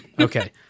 Okay